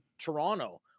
Toronto